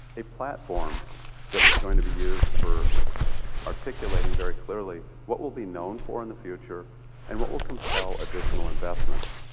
a platform that is going to be used for articulating very clearly what we'll be known for in the future and will compel additional investments.